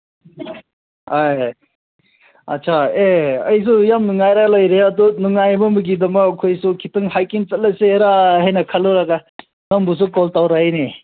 ꯑꯥ ꯑꯠꯆꯥ ꯑꯦ ꯑꯩꯁꯨ ꯌꯥꯝ ꯅꯨꯡꯉꯥꯏꯔ ꯂꯩꯔꯦ ꯑꯗꯨ ꯅꯨꯡꯉꯥꯏꯕ ꯑꯃꯒꯤꯗꯃꯛ ꯑꯩꯈꯣꯏꯁꯨ ꯈꯤꯇꯪ ꯍꯥꯏꯀꯤꯡ ꯆꯠꯂꯁꯤꯔꯥ ꯍꯥꯏꯅ ꯈꯜꯂꯨꯔꯒ ꯅꯪꯕꯨꯁꯨ ꯀꯣꯜ ꯇꯧꯔꯛꯏꯅꯦ